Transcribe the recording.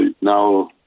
now